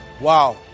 Wow